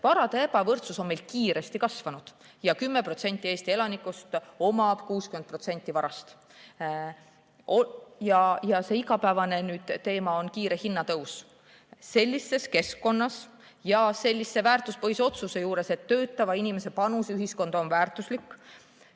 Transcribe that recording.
varade ebavõrdsus on meil kiiresti kasvanud ja 10% Eesti elanikest omab 60% varast. Igapäevane teema on kiire hinnatõus. Sellises keskkonnas ja sellise väärtuspõhise otsuse juures, et töötava inimese panus ühiskonda on väärtuslik,